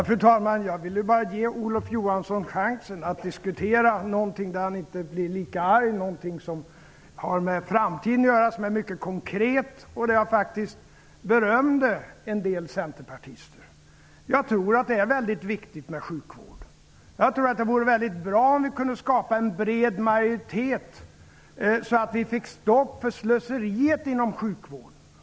Fru talman! Jag ville bara ge Olof Johansson chansen att diskutera någonting som inte gör honom lika arg, något konkret som har med framtiden att göra -- jag berömde ju faktiskt en del centerpartister. Jag tror att det är väldigt viktigt med sjukvård. Det vore bra om vi kunde skapa en bred majoritet, så att vi får stopp på slöseriet inom sjukvården.